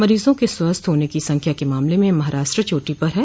मरीजों के स्वस्थ होने की संख्या के मामले में महाराष्ट्र चोटी पर है